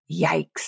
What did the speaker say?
Yikes